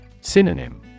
Synonym